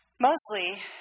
mostly